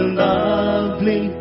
lovely